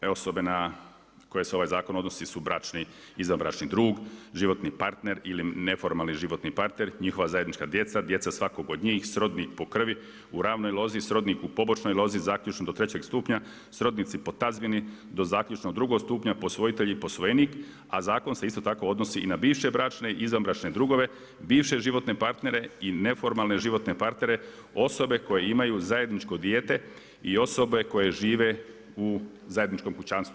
Te osobe na koje se ovaj zakon odnosi, su bračni izvanbračni drug, životni partner ili neformalni životni partner, njegova zajednička djeca, djeca svakog od njih, srodih po kriv u ravnoj lozi, srodnih u pobočnoj lozi, zaključno do 3 stupnja, srodnici po tazbini do zaključno 2 stupnja, posvojitelji i posvojenik, a zakon se isto tako odnosi i na bivše bračne i izvanbračne drugove, bivše životne partnere i neformalne životne partnere, osobe koje imaju zajedničko dijete i osobe koje žive u zajedničkom kućanstvu.